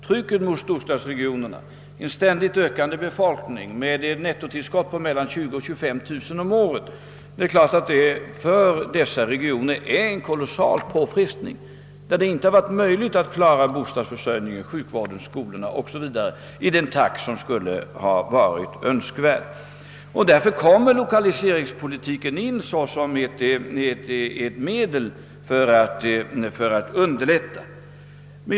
Trycket mot storstadsregionerna, som har en ständigt stigande befolkning med ett nettotillskott på 20000— 253000 personer om året, är naturligtvis för dessa regioner en kolossal påfrestning, som inneburit att det inte varit möjligt att klara bostadsförsörjningen, behovet av skolor, sjukvård o.s.v. i den takt som varit önskvärd. Lokaliseringspolitiken kommer härvidlag in som ett medel för att begränsa svårigheterna.